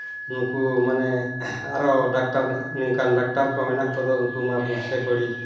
ᱱᱩᱠᱩ ᱢᱟᱱᱮ ᱟᱨᱚ ᱰᱟᱠᱴᱟᱨ ᱱᱚᱝᱠᱟᱱ ᱰᱟᱠᱴᱟᱨ ᱠᱚ ᱢᱮᱱᱟᱜ ᱠᱚᱫᱚ ᱩᱱᱠᱩ ᱢᱟ ᱯᱩᱭᱥᱟᱹ ᱠᱩᱲᱤ